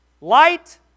Light